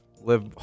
live